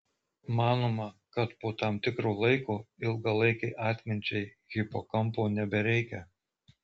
manoma kad po tam tikro laiko ilgalaikei atminčiai hipokampo nebereikia